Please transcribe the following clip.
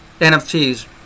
NFTs